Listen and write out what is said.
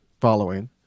following